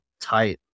tight